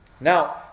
Now